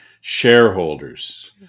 shareholders